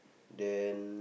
then